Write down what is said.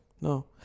No